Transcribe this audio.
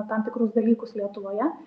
tam tikrus dalykus lietuvoje